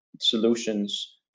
solutions